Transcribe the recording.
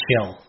chill